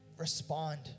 respond